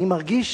אני מרגיש